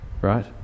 right